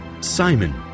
Simon